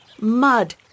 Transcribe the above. Mud